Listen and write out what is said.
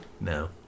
No